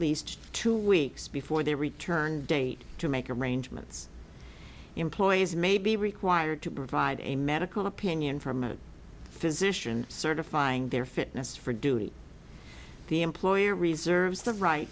least two weeks before they return date to make arrangements employees may be required to provide a medical opinion from a physician certifying their fitness for duty the employer reserves the right